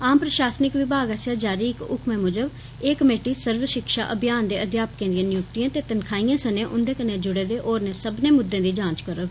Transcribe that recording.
आम प्रशासनिक विमाग आस्सेआ जारी इक हुक्मै मूजब एह् कमेटी सर्व शिक्षा अभियान दे अध्यापकें दिए नियुक्तिएं ते तनखाइएं सनें उंदे कन्नै जुड़े दे होरने सब्बनें मुद्दें दी जांच करोग